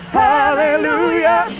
hallelujah